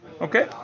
Okay